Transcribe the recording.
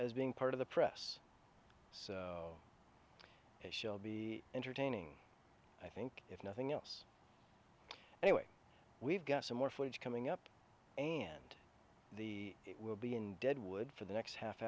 as being part of the press so it shall be entertaining i think if nothing else anyway we've got some more footage coming up and the it will be in deadwood for the next half